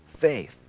faith